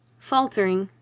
faltering,